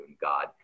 God